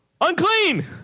Unclean